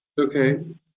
Okay